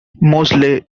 mosley